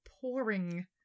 pouring